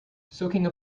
soaking